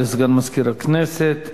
תודה לסגן מזכיר הכנסת.